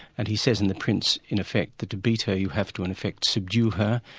and he says in the prince in effect that to beat her you have to in effect subdue her.